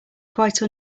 quite